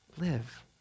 live